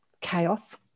chaos